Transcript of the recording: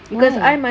why